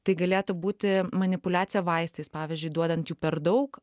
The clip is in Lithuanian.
tai galėtų būti manipuliacija vaistais pavyzdžiui duodant jų per daug